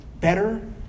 better